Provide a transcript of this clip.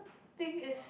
thing is